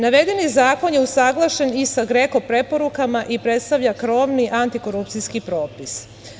Navedeni zakon je usaglašen i sa GREKO preporukama i predstavlja krovni antikorupcijski propis.